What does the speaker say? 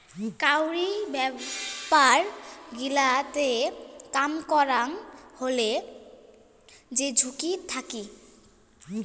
কাউরি ব্যাপার গিলাতে কাম করাং হলে যে ঝুঁকি থাকি